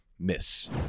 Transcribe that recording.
miss